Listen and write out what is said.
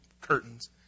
curtains